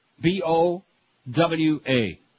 B-O-W-A